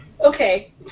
Okay